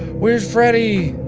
where's freddy?